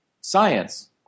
science